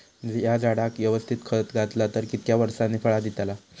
हया झाडाक यवस्तित खत घातला तर कितक्या वरसांनी फळा दीताला?